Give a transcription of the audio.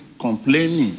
complaining